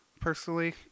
Personally